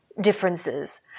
differences